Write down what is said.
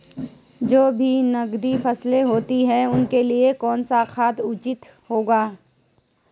जो भी नकदी फसलें होती हैं उनके लिए कौन सा खाद उचित होगा?